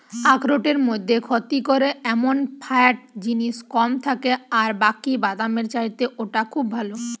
আখরোটের মধ্যে ক্ষতি করে এমন ফ্যাট জিনিস কম থাকে আর বাকি বাদামের চাইতে ওটা খুব ভালো